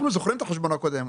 אנחנו זוכרים את החשבון הקודם,